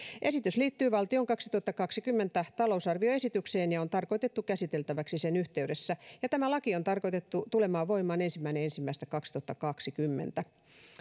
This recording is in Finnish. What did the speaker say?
esitys liittyy valtion kaksituhattakaksikymmentä talousarvioesitykseen ja on tarkoitettu käsiteltäväksi sen yhteydessä ja tämä laki on tarkoitettu tulemaan voimaan ensimmäinen ensimmäistä kaksituhattakaksikymmentä